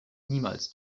niemals